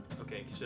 Okay